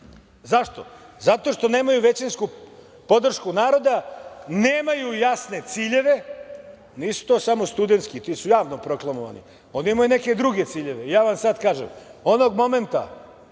Zašto? Zato što nemaju većinsku podršku naroda, nemaju jasne ciljeve, nisu to samo studentski, ti su javno proklamovani, oni imaju neke druge ciljeve. Ja vam sad kažem, onog momenta